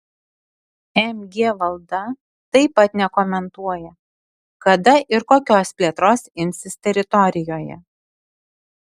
mg valda taip pat nekomentuoja kada ir kokios plėtros imsis teritorijoje